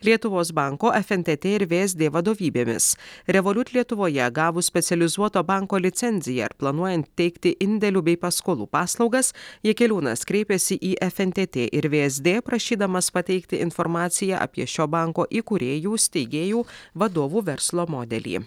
lietuvos banko fntt ir vsd vadovybėmis revolut lietuvoje gavus specializuoto banko licenziją ir planuojant teikti indėlių bei paskolų paslaugas jakeliūnas kreipėsi į fntt ir vsd prašydamas pateikti informaciją apie šio banko įkūrėjų steigėjų vadovų verslo modelį